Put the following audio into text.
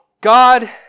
God